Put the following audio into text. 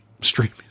streaming